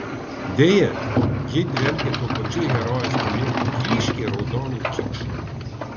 deja ji dvelkia tuo pačiu herojės pamėgtu ryškiai raudonu kiču